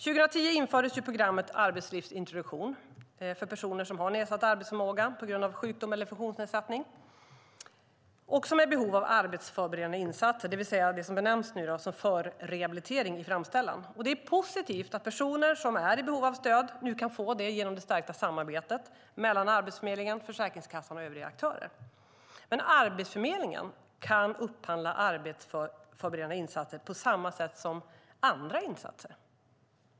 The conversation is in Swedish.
År 2010 infördes programmet om arbetslivsintroduktion för personer som har nedsatt arbetsförmåga på grund av sjukdom eller funktionsnedsättning och som är i behov av arbetsförberedande insatser, det vill säga det som benämns som förrehabilitering i framställan. Det är positivt att personer som är i behov av stöd nu kan få det genom det stärkta samarbetet mellan Arbetsförmedlingen, Försäkringskassan och övriga aktörer. Men Arbetsförmedlingen kan upphandla arbetsförberedande insatser på samma sätt som andra insatser.